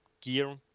gear